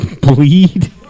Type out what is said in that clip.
Bleed